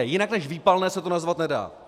Jinak než výpalné se to nazvat nedá.